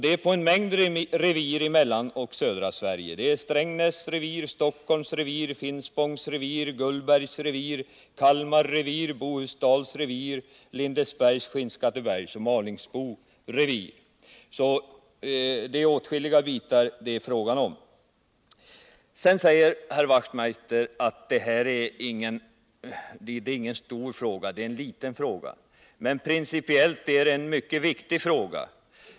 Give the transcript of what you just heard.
Det här gäller en mängd revir i Mellansverige och södra Sverige: Strängnäs revir, Stockholms revir, Finspångs revir, Gullbergs revir, Kalmar revir, Bohusdals revir, Lindesbergs, Skinnskattebergs och Malingsbo revir. Det är alltså fråga om åtskilliga bitar. Sedan säger herr Wachtmeister att det här inte är någon stor fråga, utan en liten. Men principiellt är det en mycket viktig fråga.